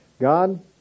God